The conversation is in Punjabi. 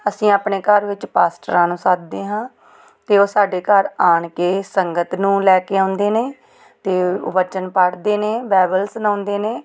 ਅਸੀਂ ਆਪਣੇ ਘਰ ਵਿੱਚ ਪਾਸਟਰਾਂ ਨੂੰ ਸੱਦਦੇ ਹਾਂ ਅਤੇ ਉਹ ਸਾਡੇ ਘਰ ਆਣ ਕੇ ਸੰਗਤ ਨੂੰ ਲੈ ਕੇ ਆਉਂਦੇ ਨੇ ਅਤੇ ਉਹ ਵਚਨ ਪੜ੍ਹਦੇ ਨੇ ਬਾਇਬਲ ਸੁਣਾਉਂਦੇ ਨੇ